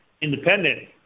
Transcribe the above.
independent